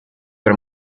per